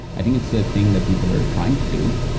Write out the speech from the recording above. i think it's the thing that people are trying to do.